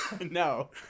No